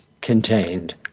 contained